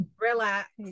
relax